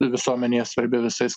visuomenėje svarbi visais